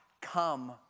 come